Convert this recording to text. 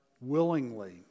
willingly